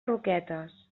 roquetes